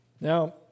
Now